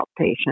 outpatient